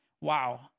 Wow